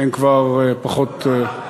הם כבר פחות, הוא לא אמר כך,